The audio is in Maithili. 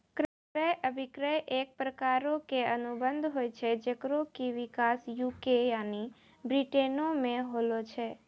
क्रय अभिक्रय एक प्रकारो के अनुबंध होय छै जेकरो कि विकास यू.के यानि ब्रिटेनो मे होलो छै